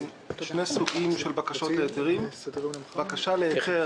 שני סוגים של בקשות להיתרים בקשה להיתר